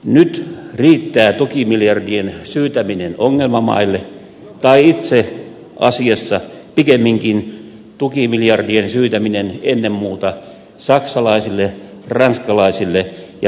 nyt riittää tukimiljardien syytäminen ongelmamaille tai itse asiassa pikemminkin tukimiljardien syytäminen ennen muuta saksalaisille ranskalaisille ja brittiläisille pankeille